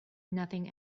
nothing